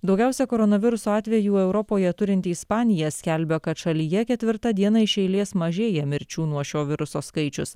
daugiausia koronaviruso atvejų europoje turinti ispanija skelbia kad šalyje ketvirtą dieną iš eilės mažėja mirčių nuo šio viruso skaičius